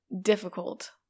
difficult